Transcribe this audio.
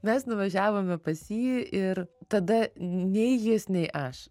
mes nuvažiavome pas jį ir tada nei jis nei aš